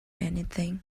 anything